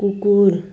कुकुर